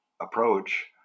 approach